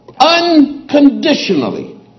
unconditionally